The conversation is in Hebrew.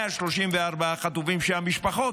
134 חטופים, שהמשפחות,